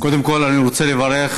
קודם כול, אני רוצה לברך: